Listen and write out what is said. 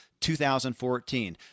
2014